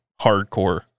hardcore